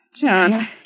John